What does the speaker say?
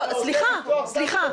אבל הוא קרא לזה הפגנה של שמאלנים,